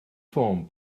ffôn